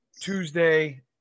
Tuesday